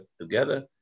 together